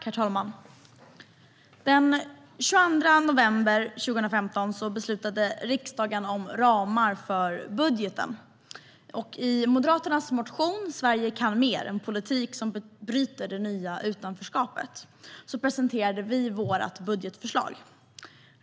Herr talman! Den 25 november 2015 beslutade riksdagen om ramar för budgeten. I Moderaternas motion Sverige kan mer - Politik som bryter det nya utanförskapet presenterade vi vårt budgetförslag.